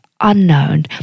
unknown